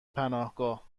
پناهگاه